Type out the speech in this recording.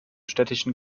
städtischen